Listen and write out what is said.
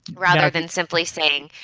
rather than simply saying,